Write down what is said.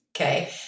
Okay